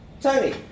Tony